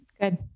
Good